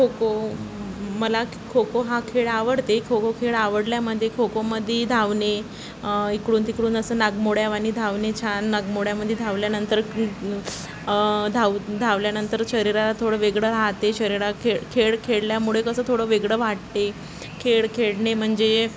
खो खो मला खो खो हा खेळ आवडते खो खो खेळ आवडल्यामध्ये खोखोमध्ये धावणे इकडून तिकडून असं नागमोड्यावानी धावणे छान नागमोड्यामध्ये धावल्यानंतर धाव धावल्यानंतर शरीराला थोडं वेगळं राहते शरीरा खेळ खेळ खेळल्यामुळे कसं थोडं वेगळं वाटते खेळ खेळणे म्हणजे